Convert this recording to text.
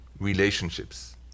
relationships